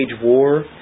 war